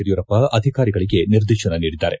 ಯಡಿಯೂರಪ್ಪ ಅಧಿಕಾರಿಗಳಿಗೆ ನಿರ್ದೇಶನ ನೀಡಿದ್ದಾರೆ